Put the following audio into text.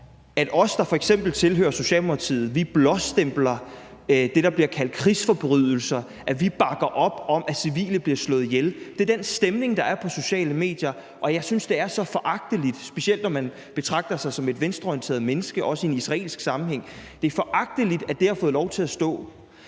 om vi, der f.eks. tilhører Socialdemokratiet, blåstempler det, der bliver kaldt krigsforbrydelser, og vi bakker op om, at civile bliver slået ihjel. Det er den stemning, der er på sociale medier, og jeg synes, det er så foragteligt, specielt når man betragter sig som et venstreorienteret menneske, også i en israelsk sammenhæng. Det er foragteligt, at det har fået lov til at stå.